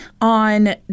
on